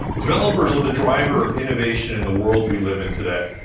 developers are the driver of innovation in the world we live in today,